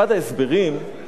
אחד ההסברים הוא